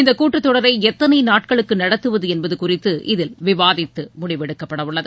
இந்தக் கூட்டத் தொடரை எத்தனை நாட்களுக்கு நடத்துவது என்பது குறித்து இதில் விவாதித்து முடிவெடுக்கப்படவுள்ளது